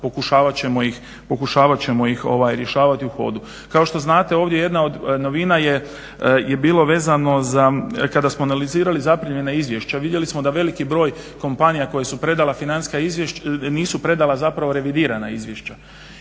pokušavat ćemo ih rješavati u hodu. Kao što znate ovdje je jedna od novina je bilo vezano za kada smo analizirali zaprimljena izvješća vidjeli smo da veliki broj kompanija koje su predale financijska izvješća nisu predala zapravo revidirana izvješća.